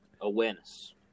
awareness